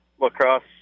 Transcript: lacrosse